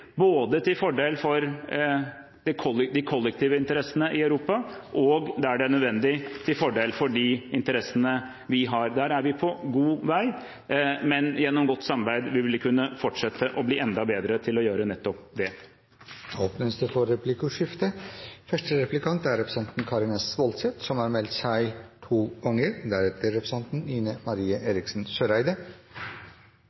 både til fordel for de kollektive interessene i Europa, og – der det er nødvendig – til fordel for de interessene vi har. Der er vi på god vei, men gjennom godt samarbeid vil vi kunne fortsette å bli enda bedre til å gjøre nettopp det. Det blir replikkordskifte.